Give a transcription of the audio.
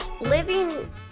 Living